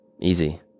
Easy